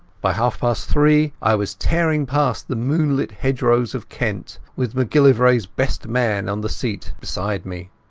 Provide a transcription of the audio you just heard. by half-past three i was tearing past the moonlit hedgerows of kent, with macgillivrayas best man on the seat beside me.